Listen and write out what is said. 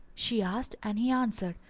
she asked and he answered,